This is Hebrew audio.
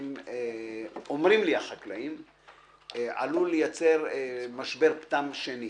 אומרים לי החקלאים, שעלול לייצר משבר פטם שני.